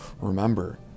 remember